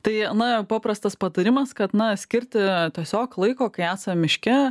tai na paprastas patarimas kad na skirti tiesiog laiko kai esam miške